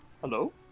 Hello